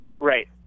right